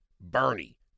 Bernie